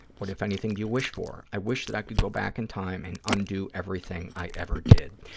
what, if anything, do you wish for? i wish that i could go back in time and undo everything i ever did.